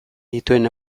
dituen